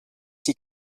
die